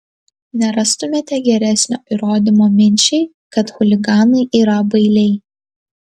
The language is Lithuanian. nerastumėte geresnio įrodymo minčiai kad chuliganai yra bailiai